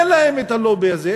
אין להם את הלובי הזה,